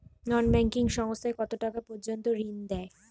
নন banking সংস্থা কতটাকা পর্যন্ত ঋণ দেয়?